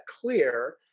clear